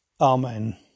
Amen